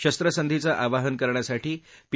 शस्त्रसंधीचं आवाहन करण्यासाठी पी